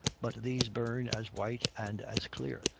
but these burn as white and as clear,